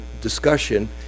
discussion